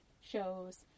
shows